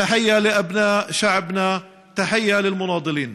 ברכות לבני עמנו, ברכות ללוחמים.)